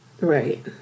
right